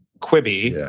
quibi. yeah